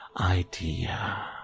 idea